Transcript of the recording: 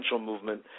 movement